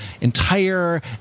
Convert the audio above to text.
entire